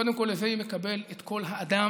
קודם כול, הווי מקבל את כל האדם,